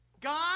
God